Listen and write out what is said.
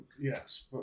yes